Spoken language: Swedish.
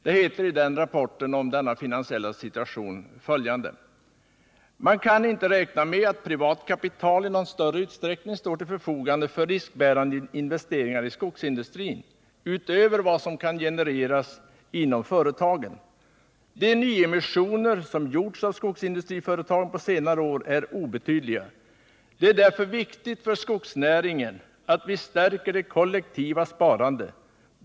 Det heter i den rapporten bl.a. följande: ”Man kan inte räkna med att privat kapital i någon större utsträckning står till förfogande för riskbärande investeringar i skogsindustrin, utöver vad som kan genereras inom företagen. De nyemissioner som gjorts av skogsindustriföretagen på senare år är obetydliga. Det är därför viktigt för skogsnäringen att vi stärker det kollektiva sparandet.